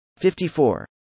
54